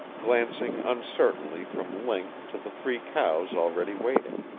glancing uncertainly from link to the three cows already waiting.